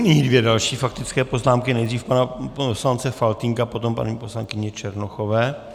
Nyní dvě další faktické poznámky, nejdřív pana poslance Faltýnka, potom paní poslankyně Černochové.